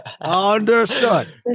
Understood